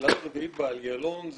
מסילה רביעית באיילון,